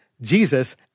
Jesus